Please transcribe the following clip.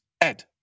Ed